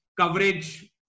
coverage